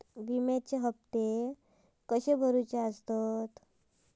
विम्याचे हप्ते कसे भरुचे असतत?